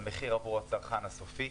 למחיר עבור הצרכן הסופי.